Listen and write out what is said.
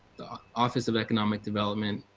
office of economic development,